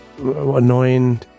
Annoying